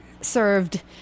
served